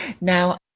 Now